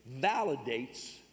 validates